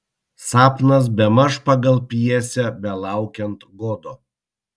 sapnas bemaž pagal pjesę belaukiant godo